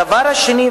הדבר השני,